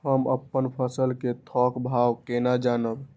हम अपन फसल कै थौक भाव केना जानब?